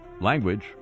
language